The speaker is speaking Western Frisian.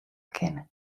kinne